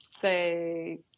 say